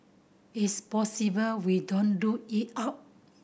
it's possible we don't rule it out